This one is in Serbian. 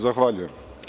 Zahvaljujem.